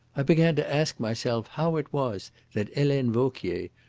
i began to ask myself how it was that helene vauquier,